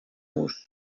vos